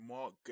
Mark